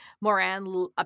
Moran